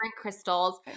crystals